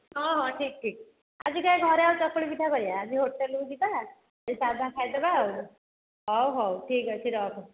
ହଁ ହଁ ଠିକ ଠିକ ଆଜି କାଇଁ ଘରେ ଆଉ ଚକୁଳି ପିଠା କରିବା ଆଜି ହୋଟେଲ୍କୁ ଯିବା ସେଇ ସାଧା ଖାଇଦେବା ଆଉ ହଉ ହଉ ଠିକ ଅଛି ରଖ